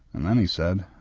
and then he said,